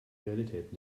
realität